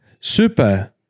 Super